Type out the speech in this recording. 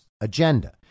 agenda